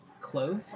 Clothes